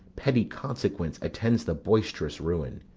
petty consequence, attends the boisterous ruin.